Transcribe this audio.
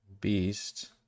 Beast